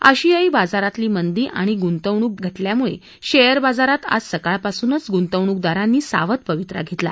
आशियायी बाजारातली मंदी आणि गुंतवणुक घटल्यामुळे शेयर बाजारात आज सकाळपासूनच गुंतवणुकदारांनी सावध पवित्रा घेतला